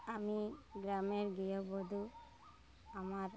আমি গ্রামের গৃহবধূ আমার